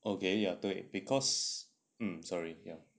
okay ya 对 because mm sorry ya